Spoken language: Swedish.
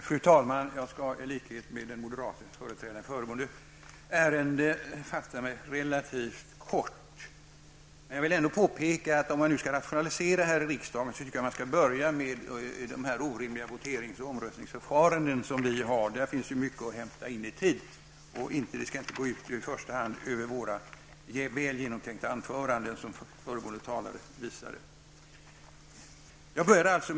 Fru talman! Jag skall, i likhet med den moderate företrädaren i föregående ärende, fatta mig relativt kort. Jag vill ändå påpeka, att om man nu skall rationalisera här i riksdagen, tycker jag att man skall börja med dessa orimliga voterings och omröstningsförfaranden, som vi har. Där finns mycken tid att vinna. Tiden som tas i anspråk för votering o.d. skall inte i första hand gå ut över våra väl genomtänkta anföranden, som föregående talare visade prov på.